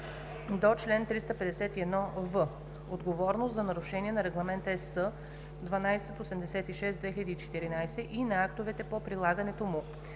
– чл. 351в: „Отговорност за нарушения на Регламент (ЕС) № 1286/2014 и на актовете по прилагането му.